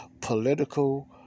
political